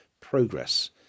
progress